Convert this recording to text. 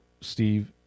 Steve